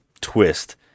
twist